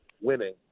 winning